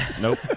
Nope